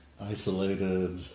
isolated